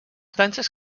danses